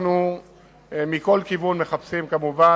אנחנו מחפשים לפעול מכל כיוון, כמובן.